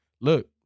look